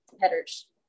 headers